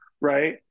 right